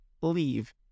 leave